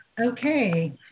Okay